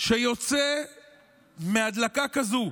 שיוצא מהדלקה כזו,